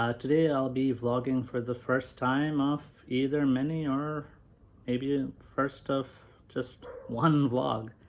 ah today i'll be vlogging for the first time of either many or maybe first of just one vlog,